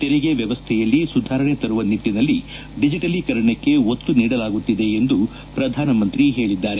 ತೆರಿಗೆ ವ್ಯವಸ್ಥೆಯಲ್ಲಿ ಸುಧಾರಣೆ ತರುವ ನಿಟ್ಲನಲ್ಲಿ ಡಿಜಿಟಲೀಕರಣಕ್ಕೆ ಒತ್ತು ನೀಡಲಾಗುತ್ತಿದೆ ಎಂದು ಪ್ರಧಾನಮಂತ್ರಿ ಹೇಳಿದ್ದಾರೆ